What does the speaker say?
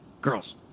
Girls